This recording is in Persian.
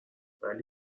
ولی